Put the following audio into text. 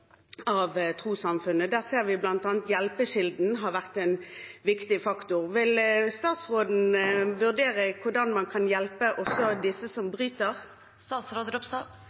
trossamfunnet. Der ser vi at bl.a. Hjelpekilden har vært en viktig faktor. Vil statsråden vurdere hvordan man kan hjelpe også disse som bryter?